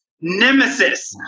nemesis